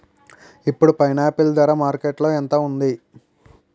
ఇప్పుడు పైనాపిల్ ధర మార్కెట్లో ఎంత ఉంది?